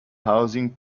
housing